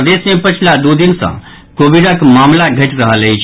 प्रदेश मे पछिला दू दिन सँ कोविडक मामिला घटि रहल अछि